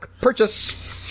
purchase